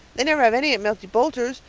they never have any at milty boulter's.